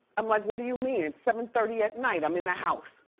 i'm like, what do you mean? it's seven thirty at night, i'm in the house.